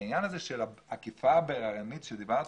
העניין הזה של האכיפה הבררנית עליה דיברת,